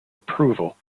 approval